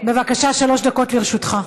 בבקשה, שלוש דקות לרשותך.